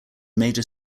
major